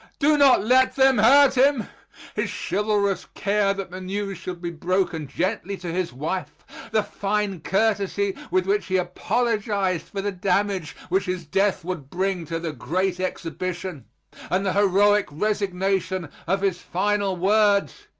do not let them hurt him his chivalrous care that the news should be broken gently to his wife the fine courtesy with which he apologized for the damage which his death would bring to the great exhibition and the heroic resignation of his final words,